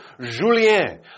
Julien